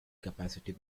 capacity